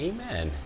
Amen